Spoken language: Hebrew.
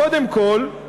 קודם כול,